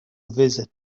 visit